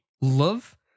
Love